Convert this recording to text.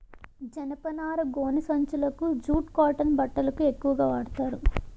జనపనార గోనె సంచులకు జూట్ కాటన్ బట్టలకు ఎక్కువుగా వాడతారు